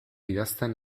idazten